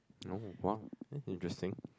no !wow! that's interesting